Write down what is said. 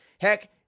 Heck